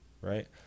right